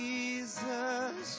Jesus